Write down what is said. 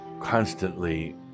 constantly